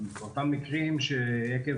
באותם מקרים שעקב